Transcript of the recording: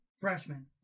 freshman